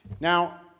Now